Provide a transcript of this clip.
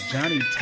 Johnny